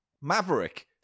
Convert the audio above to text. Maverick